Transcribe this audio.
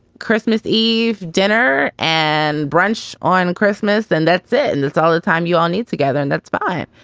christmas eve, dinner and brunch on christmas. then that's it. and that's all the time you all need together. and that's fine.